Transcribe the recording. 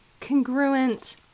congruent